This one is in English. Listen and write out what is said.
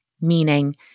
Meaning